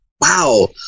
wow